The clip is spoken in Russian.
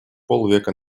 полвека